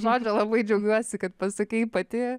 labai džiaugiuosi kad pasakei pati